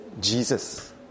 Jesus